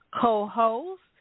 co-host